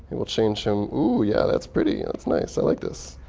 we'll change him ooh, yeah that's pretty. that's nice. i like this.